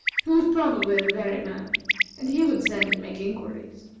who was probably the very man and he would send and make inquiries.